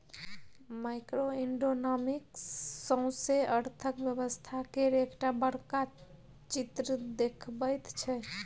micro economics सौसें अर्थक व्यवस्था केर एकटा बड़का चित्र देखबैत छै